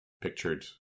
pictured